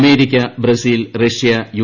America Brazil Russia U